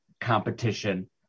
competition